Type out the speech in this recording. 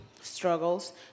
struggles